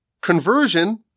conversion